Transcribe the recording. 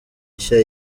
nshya